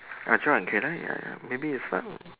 ah John can I uh maybe you start lor